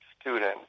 student